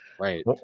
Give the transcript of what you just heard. right